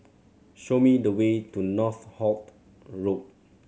show me the way to Northolt Road